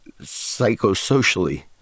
psychosocially